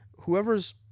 whoever's